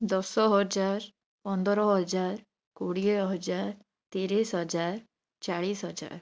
ଦଶହଜାର ପନ୍ଦରହଜାର କୋଡ଼ିଏହଜାର ତିରିଶହଜାର ଚାଳିଶହଜାର